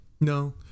No